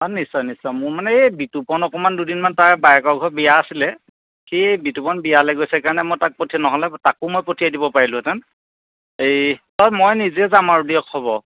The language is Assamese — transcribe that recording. অঁ নিশ্চয় নিশ্চয় মোৰ মানে এই বিতুপন অকণমান দুদিনমান তাৰ বায়েকৰ ঘৰৰ বিয়া আছিলে সি বিতুপন বিয়ালৈ গৈছে কাৰণে মই তাক পঠিয়ালোঁ নহ'লে তাকো মই পঠিয়াই দিব পাৰিলোহেঁতেন এই অ' মই নিজেই যাম আৰু দিয়ক হ'ব